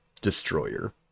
destroyer